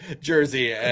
jersey